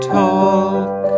talk